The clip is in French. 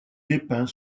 dépeint